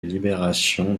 libération